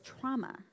trauma